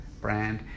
brand